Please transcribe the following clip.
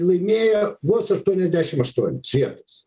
laimėjo vos aštuoniasdešim aštuonias vietas